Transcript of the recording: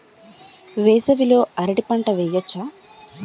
వేసవి లో అరటి పంట వెయ్యొచ్చా?